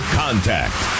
contact